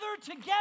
together